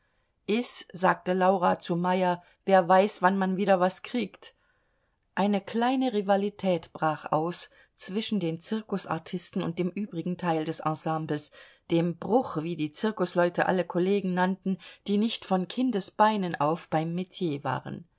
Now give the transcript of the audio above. iß sagte laura zu meyer wer weiß wann man wieder was kriegt eine kleine rivalität brach aus zwischen den zirkusartisten und dem übrigen teil des ensembles dem bruch wie die zirkusleute alle kollegen nannten die nicht von kindesbeinen auf beim metier waren